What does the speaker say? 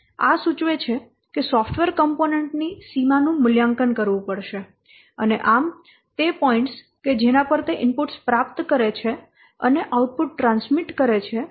આ સૂચવે છે કે સોફ્ટવેર કૉમ્પોનેન્ટ ની સીમા નું મૂલ્યાંકન કરવું પડશે અને આમ તે પોઈન્ટ્સ કે જેના પર તે ઇનપુટ્સ પ્રાપ્ત કરે છે અને આઉટપુટ ટ્રાન્સમિટ કરે છે